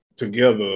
together